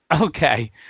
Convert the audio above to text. okay